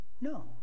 No